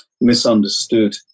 misunderstood